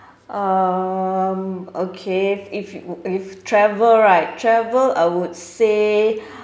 um okay if if travel right travel I would say